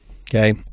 Okay